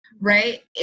right